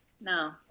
no